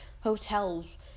hotels